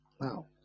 now